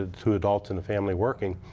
ah two adults in the family working,